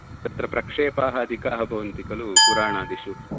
तत्र प्रक्षेपाः अधिकाः भवन्ति खलु पुराणादिषु